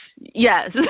yes